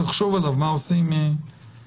לחשוב עליו ולראות מה עושים עם המלוניות.